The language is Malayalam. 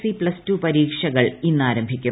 സി പ്തസ്ടു പരീക്ഷകൾ ഇന്ന് ആരംഭിക്കും